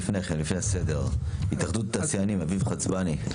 התאחדות התעשיינים, אביב חצבני.